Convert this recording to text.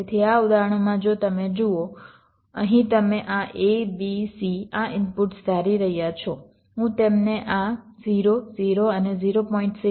તેથી આ ઉદાહરણમાં જો તમે જુઓ અહીં તમે આ a b c આ ઇનપુટ્સ ધારી રહ્યા છો હું તેમને આ 0 0 અને 0